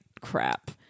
crap